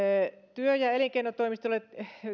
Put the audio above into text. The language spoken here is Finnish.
työ ja elinkeinotoimistoille